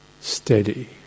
steady